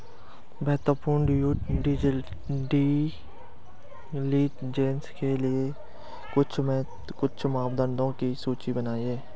बेहतर due diligence के लिए कुछ मापदंडों की सूची बनाएं?